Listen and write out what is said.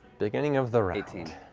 beginning of the round.